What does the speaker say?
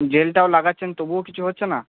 জেলটাও লাগাচ্ছেন তবুও কিছু হচ্ছে না